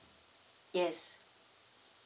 yes